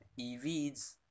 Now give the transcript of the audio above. EVs